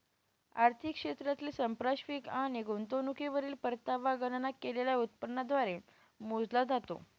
आर्थिक क्षेत्रातील संपार्श्विक आणि गुंतवणुकीवरील परतावा गणना केलेल्या उत्पन्नाद्वारे मोजला जातो